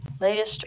latest